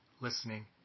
listening